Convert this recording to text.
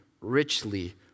richly